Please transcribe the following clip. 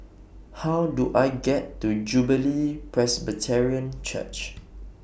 How Do I get to Jubilee Presbyterian Church